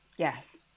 Yes